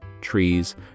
trees